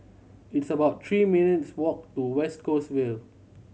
it's about three minutes' walk to West Coast Vale